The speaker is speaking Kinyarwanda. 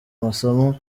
masomo